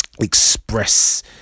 express